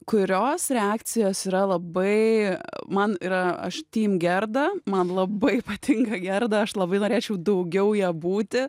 kurios reakcijos yra labai man yra aš tym gerda man labai patinka gerda aš labai norėčiau daugiau ja būti